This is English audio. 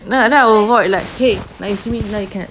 th~ then I will avoid like now you see me now you can't